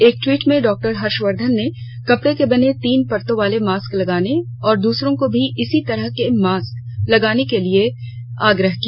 एक ट्वीट में डॉक्टर हर्षवर्धन ने कपड़े के बने तीन परतों वाले मास्क लगाने और दूसरों को भी इसी तरह के मास्क के लिये प्रेरित करने का आग्रह किया